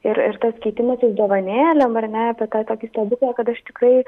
ir ir tas keitimasis dovanėlėm ar ne apie tą tokį stebuklą kad aš tikrai